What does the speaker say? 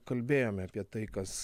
kalbėjome apie tai kas